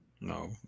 No